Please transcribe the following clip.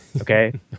okay